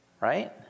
Right